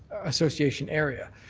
association area.